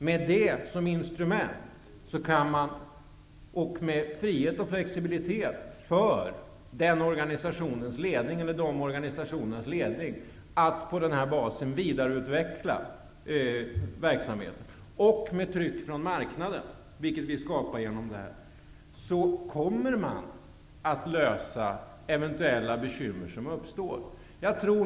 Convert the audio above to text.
Med det som instrument, med frihet för dessa organisationers ledningar och med flexibilitet kan man på denna bas vidareutveckla verksamheten. Med det tryck från marknaden som härmed skapas kommer man att kunna klara de svårigheter som eventuellt uppstår.